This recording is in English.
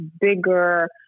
bigger